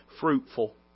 fruitful